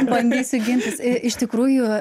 bandysiu gintis iš tikrųjų